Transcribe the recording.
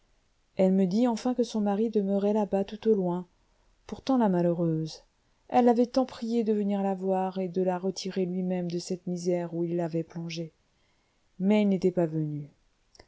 elle me dit enfin que son mari demeurait là-bas tout au loin pourtant la malheureuse elle l'avait tant prié de venir la voir et de la retirer lui-même de cette misère où il l'avait plongée mais il n'était pas venu